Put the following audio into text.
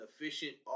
efficient